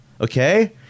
okay